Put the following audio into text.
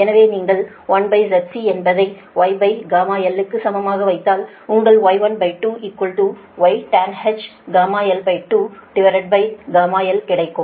எனவே நீங்கள் 1ZC என்பதை Yγl க்கு சமமாக வைத்தாள் உங்களுக்கு Y12Ytanh γl2 γl கிடைக்கும்